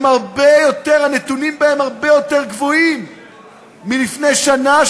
הנתונים בהן הרבה יותר גבוהים מאשר לפני שנה,